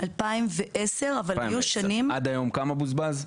2010. עד היום כמה מוצה?